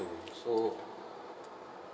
so